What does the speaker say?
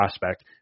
prospect